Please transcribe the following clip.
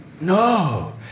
No